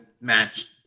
match